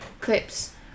Clips